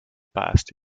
past